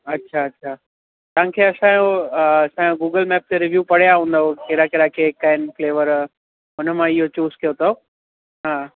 अच्छा अच्छा तव्हांखे असांजो असांजो गूगल मैप ते रिव्यू पढ़िया हूंदव कहिड़ा कहिड़ा केक आहिनि फ़्लेवर हुन मां इहो चूज़ कयो अथव